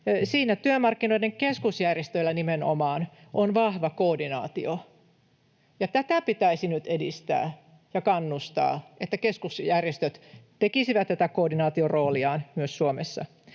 työmarkkinoiden keskusjärjestöillä nimenomaan on vahva koordinaatio, ja tätä pitäisi nyt edistää ja kannustaa, että keskusjärjestöt tekisivät tätä koordinaatiorooliaan myös Suomessa.